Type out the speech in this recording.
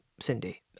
Cindy